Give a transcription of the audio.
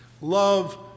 Love